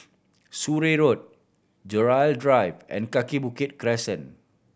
Surrey Road Gerald Drive and Kaki Bukit Crescent